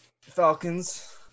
Falcons